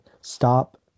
Stop